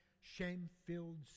shame-filled